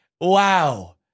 wow